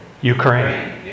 Ukraine